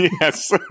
Yes